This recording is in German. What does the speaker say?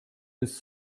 ist